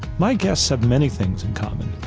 my guests have many things in common.